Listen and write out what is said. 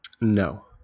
No